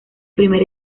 primer